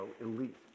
elite